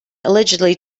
allegedly